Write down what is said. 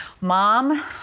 mom